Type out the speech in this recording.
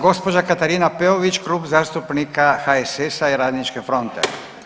Gospođa Katarina Peović, Klub zastupnika HSS-a i Radničke fronte.